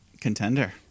Contender